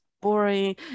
boring